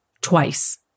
twice